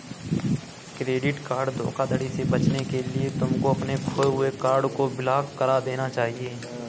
credit card धोखाधड़ी से बचने के लिए तुमको अपने खोए हुए कार्ड को ब्लॉक करा देना चाहिए